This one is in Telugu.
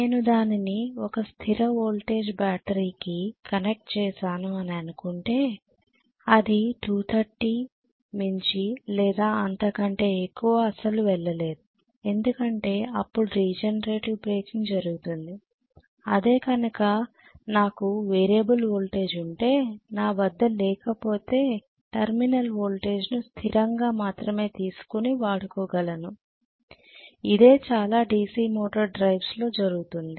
నేను దానిని ఒక స్థిర వోల్టేజ్ బ్యాటరీకి కనెక్ట్ చేసాను అని అనుకుంటే అది 230 మించి లేదా అంతకంటే ఎక్కువ అసలు వెళ్ళలేదు ఎందుకంటే అప్పుడు రీజనరేటివ్ జరుగుతుంది అదే కనుక నాకు వేరియబుల్ వోల్టేజ్ ఉంటే నా వద్ద లేకపోతే టెర్మినల్ వోల్టేజ్ను స్థిరంగా మాత్రమే తీసుకుని వాడుకోగలరు ఇదే చాలా DC మోటర్ డ్రైవ్స్ లో జరుగుతుంది